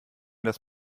das